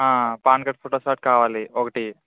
ఆ PAN card photostat కావాలి ఒకటి